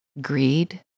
greed